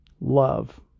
Love